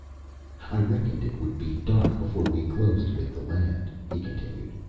i reckoned it would be dark before we closed with the land, he continued,